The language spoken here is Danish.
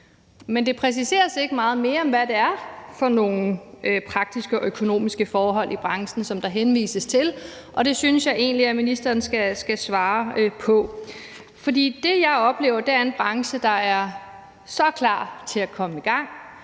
Men det præciseres ikke, hvad det er for nogle praktiske og økonomiske forhold i branchen, der henvises til, og det synes jeg egentlig at ministeren skal svare på. For det, jeg oplever, er en branche, der er så klar til at komme i gang.